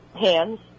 hands